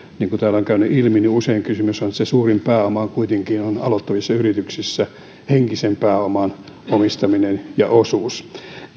on käynyt ilmi usein kysymys on se että suurin pääoma on kuitenkin aloittavissa yrityksissä henkisen pääoman omistaminen ja osuus